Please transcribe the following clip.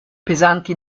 pesanti